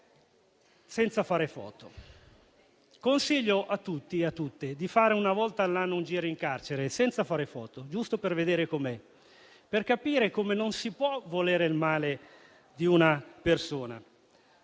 senza fare foto. Consiglio a tutti e a tutte di fare, una volta all'anno, un giro in carcere senza fare foto, giusto per vedere com'è, per capire come non si possa volere il male di una persona.